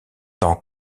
temps